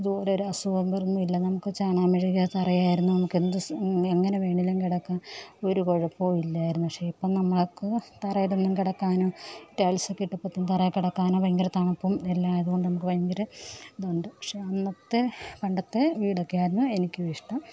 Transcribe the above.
ഇതു പോലെ ഒരു അസുഖം വരുന്നില്ല നമുക്ക് ചാണാകം മെഴുകിയ തറയായിരുന്നാൽ നമുക്ക് എന്ത് എങ്ങനെ വേണമെങ്കിലും കിടക്കാം ഒരു കുഴപ്പമില്ലായിരുന്നു പക്ഷേ ഇപ്പം നമ്മൾക്ക് തറയിലൊന്നും കിടക്കനോ ടൈൽസക്കേട്ടിപ്പത്തേൻ തറേ കെടക്കാനോ ഭയങ്കര തണുപ്പും എല്ലാ ആയത് കൊണ്ട് നമുക്ക് ഭയങ്കര ഇതൊണ്ട് പക്ഷെ അന്നത്തെ പണ്ടത്തെ വീടക്കേയിരുന്നു എനിക്കുവിഷ്ടം